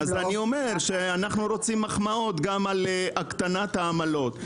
אנו רוצים מחמאות גם על הקטנת העמלות.